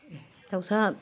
दाउसा